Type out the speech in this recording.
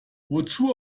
wozu